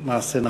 עשית מעשה נכון.